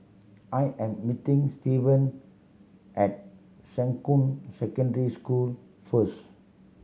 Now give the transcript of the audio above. I am meeting Steven at Shuqun Secondary School first